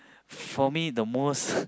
for me the most